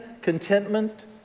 contentment